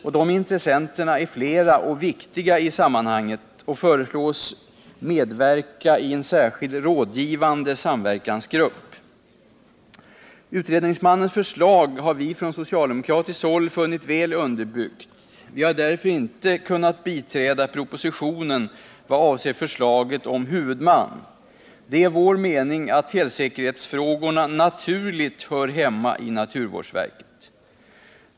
Dessa intressenter, som är många och viktiga i sammanhanget, föreslogs medverka i en särskild rådgivande samverkansgrupp. Utredningsmannens förslag har vi från socialdemokratiskt håll funnit väl underbyggt. Vi har därför inte kunnat biträda propositionen vad avser förslaget om huvudman. Det är vår mening att fjällsäkerhetsfrågorna naturligt hör hemma i naturvårdsverket.